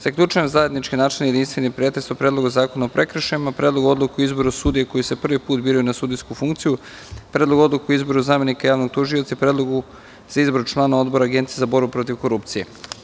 Zaključujem zajednički načelni i jedinstveni pretres o Predlogu zakona o prekršajima, Predlogu odluke o izboru sudija koji se prvi put biraju na sudijsku funkciju, Predlogu odluke o izboru zamenika javnog tužioca i Predlogu za izbor članova Odbora Agencije za borbu protiv korupcije.